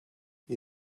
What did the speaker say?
you